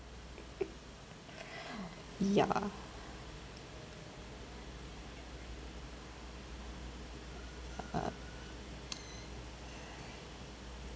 ya uh